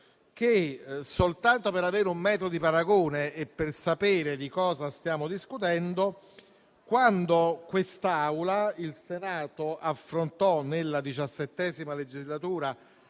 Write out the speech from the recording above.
soltanto per avere un metro di paragone e per sapere di cosa stiamo discutendo, quando in quest'Aula il Senato affrontò, nella XVII legislatura,